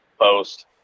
post